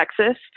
Texas